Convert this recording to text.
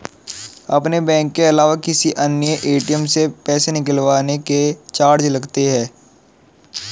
अपने बैंक के अलावा किसी अन्य ए.टी.एम से पैसे निकलवाने के चार्ज लगते हैं